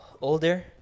older